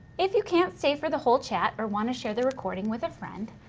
if you can't stay for the whole chat, or wanna share the recording with a friend,